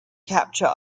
capture